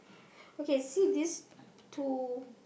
okay see these two